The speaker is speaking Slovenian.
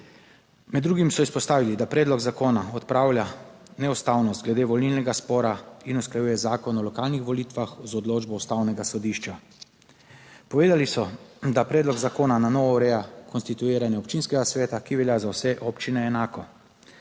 Med drugim so izpostavili, da predlog zakona odpravlja neustavnost glede volilnega spora in usklajuje Zakon o lokalnih volitvah z odločbo Ustavnega sodišča. Povedali so, da predlog zakona na novo ureja konstituiranje občinskega sveta, ki velja za vse občine enako.